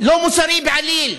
לא מוסרי בעליל.